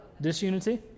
Disunity